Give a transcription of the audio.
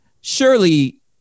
Surely